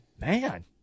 man